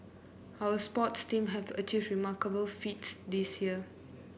our sports team have achieved remarkable feats this year